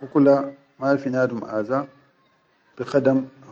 hukula mafi nadum bi aza bikhadam.